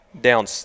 down